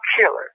killer